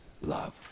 love